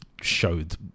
showed